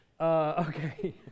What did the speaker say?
Okay